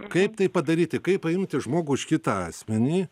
kaip tai padaryti kaip paimti žmogų už kitą asmenį